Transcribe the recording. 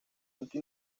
ente